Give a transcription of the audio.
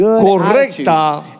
correcta